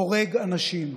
זה הורג אנשים.